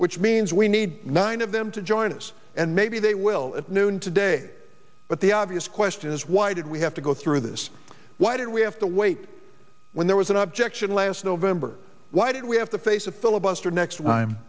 which means we need nine of them to join us and maybe they will at noon today but the obvious question is why did we have to go through this why did we have to wait when there was an objection last november why did we have to face a filibuster next time